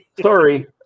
sorry